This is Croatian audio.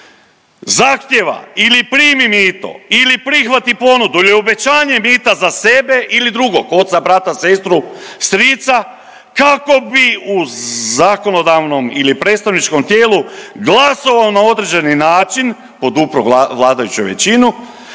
zahtijeva ili primi mito ili prihvati ponudu ili obećanje mita za sebe ili drugog oca, brata, sestru, strica kako bi u zakonodavnom ili predstavničkom tijelu glasovao na određeni način podupro vladajuću većinu,